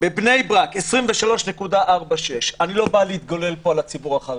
בבני ברק 23.46. אני לא בא להתגולל פה על הציבור החרדי,